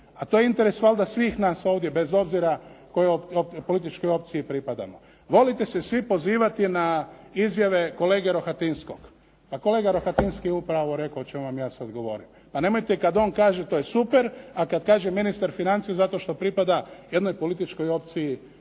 A to je interes valjda svih nas ovdje bez obzira kojoj političkoj opciji pripadamo. Volite se svi pozivati na izjave kolege Rohatinskog. Pa kolega Rohatinski je upravo ovo rekao o čemu vam ja sada govorim. Pa nemojte kad on kaže to je super a kad kaže ministar financija zato što pripada jednoj političkoj opciji